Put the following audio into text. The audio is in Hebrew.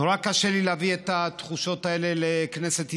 נורא קשה לי להביא את התחושות האלה לכנסת ישראל,